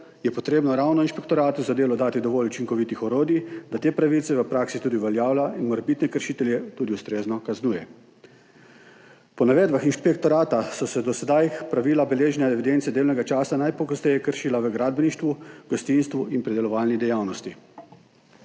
je potrebno ravno Inšpektoratu za delo dati dovolj učinkovitih orodij, da te pravice v praksi tudi uveljavlja in morebitne kršitelje tudi ustrezno kaznuje. Po navedbah inšpektorata so se do sedaj pravila beleženja evidence delovnega časa najpogosteje kršila v gradbeništvu, gostinstvu in predelovalni dejavnosti.